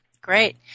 Great